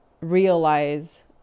realize